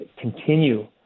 continue